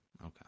Okay